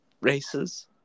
races